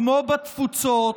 כמו בתפוצות,